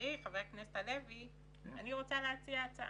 ולחברי חבר הכנסת הלוי, אני רוצה להציע הצעה.